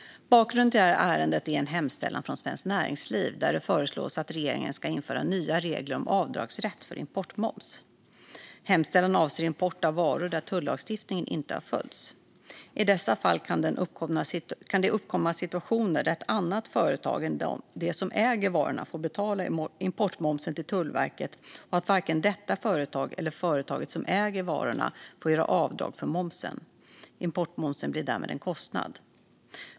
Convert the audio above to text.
Bakgrunden till detta ärende är en hemställan från Svenskt Näringsliv där det föreslås att regeringen ska införa nya regler om avdragsrätt för importmoms. Hemställan avser import av varor där tullagstiftningen inte har följts. I dessa fall kan det uppkomma situationer där ett annat företag än det som äger varorna får betala importmomsen till Tullverket och att varken detta företag eller företaget som äger varorna får göra avdrag för momsen. Importmomsen blir därmed en kostnad.